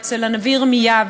ואצל הנביא ירמיה,